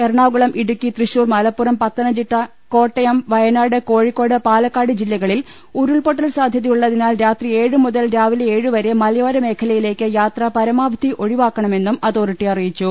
Ernakulam Idukki Thrissur Malappuram Pathanamthitta Kottayam Wayanad Kozhikode Palakkad ജില്ലകളിൽ ഉരുൾപ്പൊട്ടൽ സാധ്യതയുള്ളതിനാൽ രാത്രി ഏഴു മുതൽ രാവിലെ ഏഴു വരെ മലയോര മേഖലയിലേക്ക് യാത്ര പരമാവധി ഒഴിവാക്കണമെന്നും അതോറിറ്റി അറിയിച്ചു